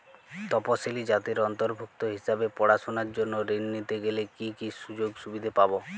তফসিলি জাতির অন্তর্ভুক্ত হিসাবে পড়াশুনার জন্য ঋণ নিতে গেলে কী কী সুযোগ সুবিধে পাব?